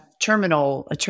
terminal